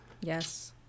Yes